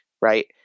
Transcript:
right